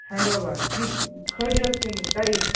ہٮ۪نٛڈولا کِژھ کھٔج حظ کِنہٕ ٹایِٹ